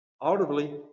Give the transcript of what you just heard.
audibly